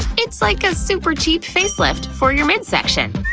it's like a super cheap face lift for your midsection!